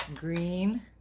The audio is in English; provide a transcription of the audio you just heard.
green